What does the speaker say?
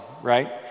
right